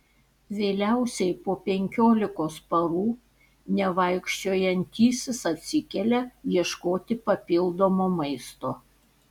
vėliausiai po penkiolikos parų nevaikščiojantysis atsikelia ieškoti papildomo maisto